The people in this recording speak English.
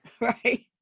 Right